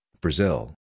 Brazil